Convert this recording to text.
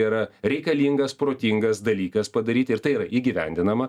yra reikalingas protingas dalykas padaryti ir tai yra įgyvendinama